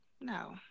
no